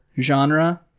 genre